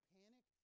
panic